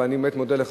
אבל אני באמת מודה לך,